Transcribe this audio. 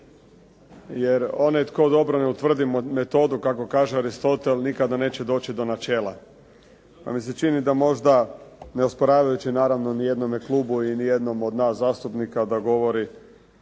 jer onaj tko dobro ne utvrdi metodu kako kaže Aristotel nikada neće doći do načela. Pa mi se čini da možda ne osporavajući naravno nijednome klubu i nijednom od nas zastupnika da govori